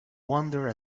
wander